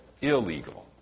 illegal